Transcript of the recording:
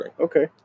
Okay